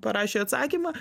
parašė atsakymą